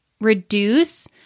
reduce